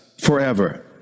forever